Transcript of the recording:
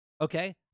Okay